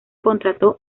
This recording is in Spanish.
contrató